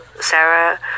Sarah